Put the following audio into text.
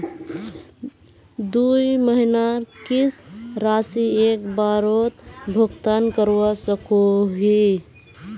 दुई महीनार किस्त राशि एक बारोत भुगतान करवा सकोहो ही?